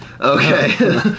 okay